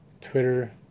Twitter